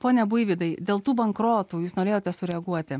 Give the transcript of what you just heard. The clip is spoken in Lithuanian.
pone buivydai dėl tų bankrotų jūs norėjote sureaguoti